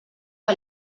que